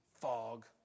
fog